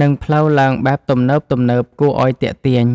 និងផ្លូវឡើងបែបទំនើបៗគួរឱ្យទាក់ទាញ។